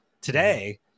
today